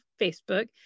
Facebook